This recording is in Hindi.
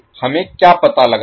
हमें क्या पता लगाना है